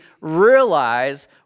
realize